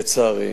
לצערי.